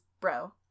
bro